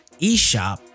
eShop